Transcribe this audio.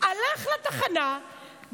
הלך לתחנה,